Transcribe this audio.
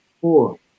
four